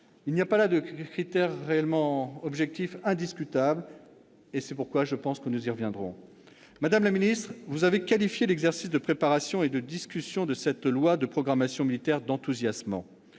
Il n'y a pas là de critères réellement objectifs indiscutables, et je pense donc que nous reviendrons sur ce point. Madame la ministre, vous avez qualifié l'exercice de préparation et de discussion de cette loi de programmation militaire d'« enthousiasmant